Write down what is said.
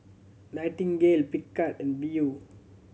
Nightingale Picard and Viu